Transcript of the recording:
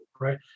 right